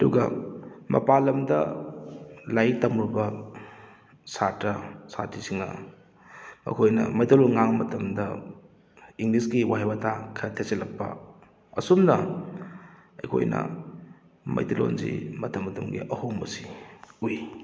ꯑꯗꯨꯒ ꯃꯄꯥꯟ ꯂꯝꯗ ꯂꯥꯏꯔꯤꯛ ꯇꯝꯃꯨꯔꯕ ꯁꯥꯇ꯭ꯔ ꯁꯥꯇ꯭ꯔꯤꯁꯤꯡꯅ ꯑꯩꯈꯣꯏꯅ ꯃꯩꯇꯩ ꯂꯣꯟ ꯉꯥꯡꯕ ꯃꯇꯝꯗ ꯏꯪꯂꯤꯁꯀꯤ ꯋꯥꯍꯩ ꯋꯥꯇꯥ ꯈꯔ ꯊꯦꯠꯆꯜꯂꯛꯄ ꯑꯁꯨꯝꯅ ꯑꯩꯈꯣꯏꯅ ꯃꯩꯇꯩ ꯂꯣꯟꯁꯤ ꯃꯇꯝ ꯃꯇꯝꯒꯤ ꯑꯍꯣꯡꯕꯁꯤ ꯎꯏ